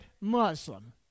Muslim